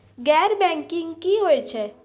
गैर बैंकिंग की होय छै?